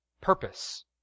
purpose